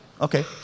Okay